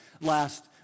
last